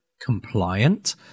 compliant